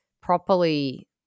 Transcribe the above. properly